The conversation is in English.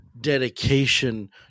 dedication